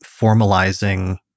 formalizing